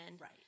Right